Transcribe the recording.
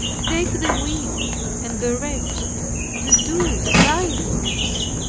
take the weak and the wretched to do thy works,